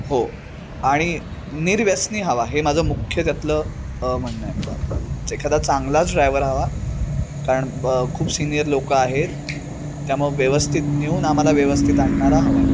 हो आणि निर्व्यसनी हवा हे माझं मुख्य त्यातलं म्हणणं आहे मला एखादा चांगलाच ड्रायव्हर हवा कारण ब खूप सिनियर लोक आहेत त्यामुळं व्यवस्थित नेऊन आम्हाला व्यवस्थित आणणारा हवा आहे